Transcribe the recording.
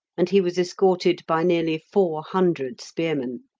and he was escorted by nearly four hundred spearmen.